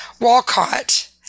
Walcott